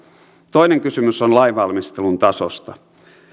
toinen kysymys on lainvalmistelun tasosta